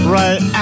right